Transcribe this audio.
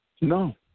No